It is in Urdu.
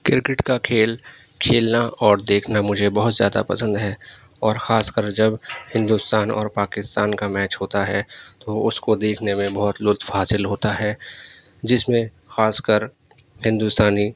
کرکٹ کا کھیل کھیلنا اور دیکھنا مجھے بہت زیادہ پسند ہے اور خاص کر جب ہندوستان اور پاکستان کا میچ ہوتا ہے تو اس کو دیکھنے میں بہت لطف حاصل ہوتا ہے جس میں خاص کر ہندوستانی